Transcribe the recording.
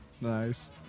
Nice